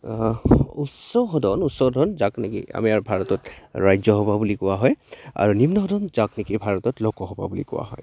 উচ্চ সদন উচ্চ সদন যাক নেকি আমাৰ ভাৰতত ৰাজ্যসভা বুলি কোৱা হয় আৰু নিম্ন সদন যাক নেকি ভাৰতত লোকসভা বুলি কোৱা হয়